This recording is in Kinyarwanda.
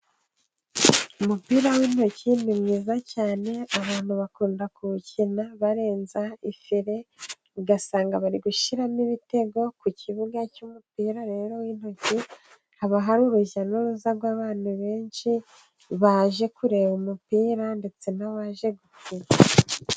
Umupira w'intoki ni mwiza cyane, abantu bakunda kuwukina barenza ifire, ugasanga bari gushyiramo ibitego, ku kibuga cy'umupira rero w'intoki, haba hari urujyanuruza rw'abantu benshi, baje kureba umupira ndetse n'abaje gukina.